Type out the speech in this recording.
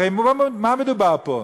הרי במה מדובר פה?